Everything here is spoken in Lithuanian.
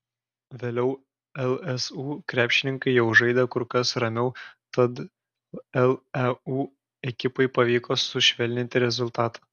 vėliau lsu krepšininkai jau žaidė kur kas ramiau tad leu ekipai pavyko sušvelninti rezultatą